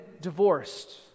divorced